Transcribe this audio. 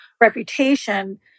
reputation